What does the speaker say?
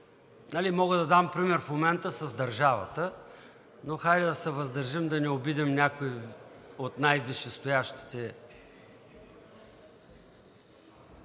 Мога да дам пример в момента с държавата, но хайде да се въздържим да не обидим някого от най-висшестоящите